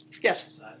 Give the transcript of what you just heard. Yes